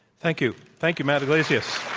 thank you. thank you, matt yglesias.